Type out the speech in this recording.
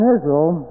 Israel